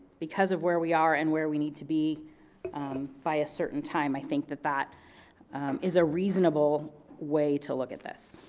because of where we are and where we need to be by a certain time, i think that that is a reasonable way to look at this.